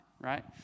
right